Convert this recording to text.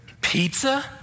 Pizza